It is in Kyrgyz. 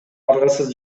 аргасыз